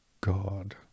god